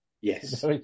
Yes